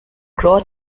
crow